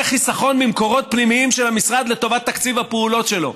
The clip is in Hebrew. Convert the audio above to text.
שיהיה חיסכון ממקורות פנימיים של המשרד לטובת תקציב הפעולות שלו.